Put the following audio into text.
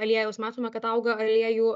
aliejaus matome kad auga aliejų